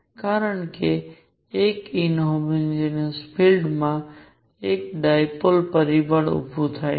કારણ કે એક ઇનહોમોજેનિયસ ફીલ્ડ માં એક ડિપોલ પરબળ ઊભું થાય છે